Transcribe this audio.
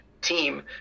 team